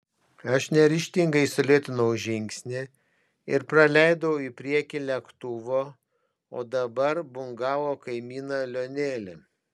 aš neryžtingai sulėtinau žingsnį ir praleidau į priekį lėktuvo o dabar bungalo kaimyną lionelį